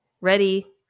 ready